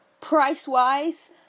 Price-wise